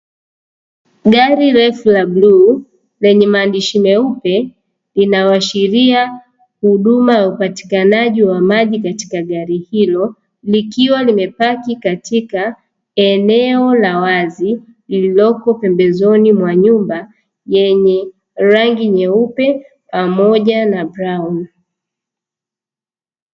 Gari refu la bluu lenye maandishi meupe linaloashiria huduma ya upatikanaji wa maji katika gari hilo, likiwa limepaki katika eneo la wazi lililoko pembezoni mwa nyumba yenye rangi nyeupe pamoja na brauni.